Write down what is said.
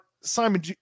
Simon